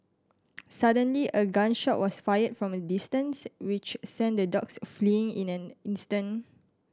suddenly a gun shot was fired from a distance which sent the dogs fleeing in an instant